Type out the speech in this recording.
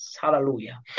Hallelujah